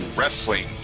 Wrestling